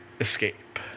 escape